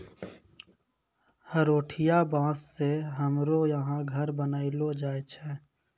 हरोठिया बाँस से हमरो यहा घर बनैलो जाय छै